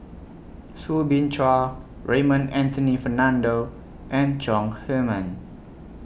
Soo Bin Chua Raymond Anthony Fernando and Chong Heman